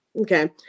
Okay